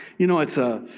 you know, it's a